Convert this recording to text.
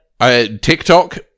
TikTok